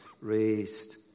raised